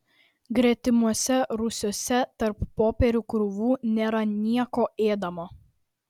gretimuose rūsiuose tarp popierių krūvų nėra nieko ėdamo